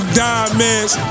diamonds